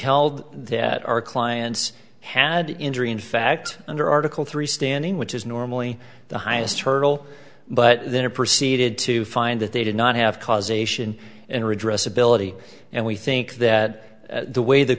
held that our clients had injury in fact under article three standing which is normally the highest hurdle but then it proceeded to find that they did not have causation and redress ability and we think that the way the